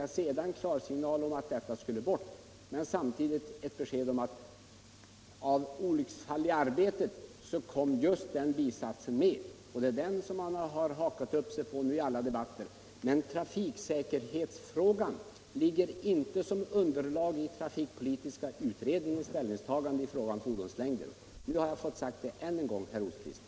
Jag fick sedan klarsignal om att den skulle tas bort men samtidigt ett besked om att på grund av ett olycksfall i arbetet Just den bisatsen kommit med. Detta med trafiksäkerheten har man sedan hakat upp sig på i alla debatter. Trafiksäkerheten finns emellertid inte med som underlag i trafikpolitiska utredningens ställningstagande i fråga om fordonslängden. Nu har jag sagt det ännu en gång, herr Rosqvist.